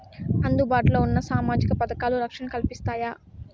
అందుబాటు లో ఉన్న సామాజిక పథకాలు, రక్షణ కల్పిస్తాయా?